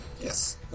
Yes